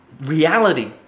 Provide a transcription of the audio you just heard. reality